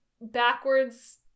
backwards